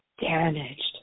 damaged